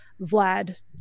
Vlad